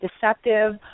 deceptive